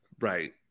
Right